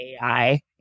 AI